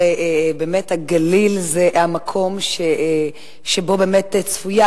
הרי הגליל זה המקום שבו היא באמת צפויה,